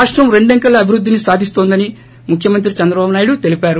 రాష్టం రెండంకెల అభివృద్దిని సాధిస్తోందని ముఖ్యమంత్రి చంద్రబాబు నాయుడు తెల్పారు